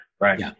Right